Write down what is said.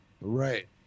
Right